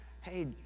hey